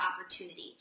opportunity